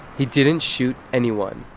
he didn't shoot anyone.